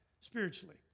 spiritually